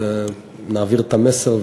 ונעביר את המסר,